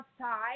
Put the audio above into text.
outside